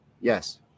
yes